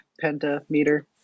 pentameter